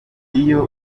iyo